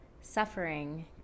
suffering